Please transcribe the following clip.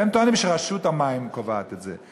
והם טוענים שרשות המים קובעת את זה.